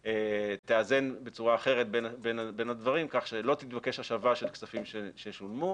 תאזן בצורה אחרת בין הדברים כך שלא תתבקש השבה של כספים ששולמו,